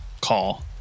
call